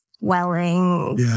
welling